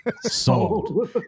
Sold